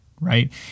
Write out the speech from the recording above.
right